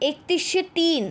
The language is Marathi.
एकतीसशे तीन